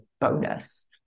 bonus